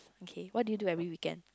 okay what do you do every weekend